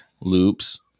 loops